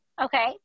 Okay